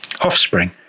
offspring